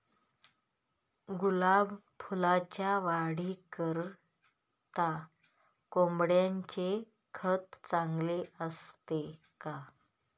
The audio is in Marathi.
गुलाब फुलाच्या वाढीकरिता कोंबडीचे खत चांगले असते का?